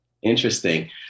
Interesting